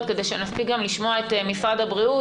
כדי שנספיק גם לשמוע את משרד הבריאות,